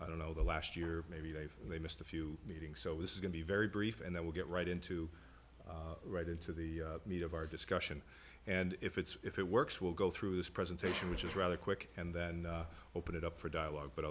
i don't know the last year maybe they've missed a few meetings so it's going to be very brief and then we'll get right into right into the meat of our discussion and if it's if it works we'll go through this presentation which is rather quick and then open it up for dialogue but